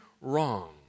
wrong